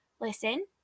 listen